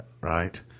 right